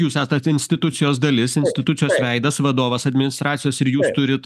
jūs esat institucijos dalis institucijos veidas vadovas administracijos ir jūs turit